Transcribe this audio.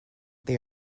they